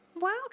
wow